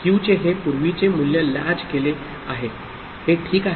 क्यूचे हे पूर्वीचे मूल्य लॅच केले आहे हे ठीक आहे